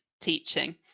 teaching